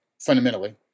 fundamentally